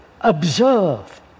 observe